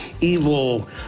evil